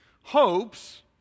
Hopes